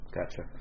Gotcha